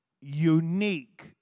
unique